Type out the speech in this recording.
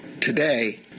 Today